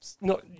No